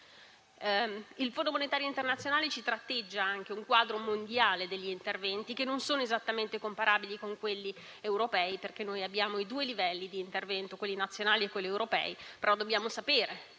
Il Fondo monetario internazionale ci tratteggia anche un quadro mondiale degli interventi che non sono esattamente comparabili con quelli europei, perché abbiamo due livelli di intervento, quelli nazionali e quelli europei, ma dobbiamo sapere che